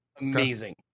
amazing